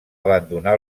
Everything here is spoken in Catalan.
abandonar